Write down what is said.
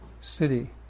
city